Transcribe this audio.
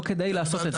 לא כדאי לעשות את זה.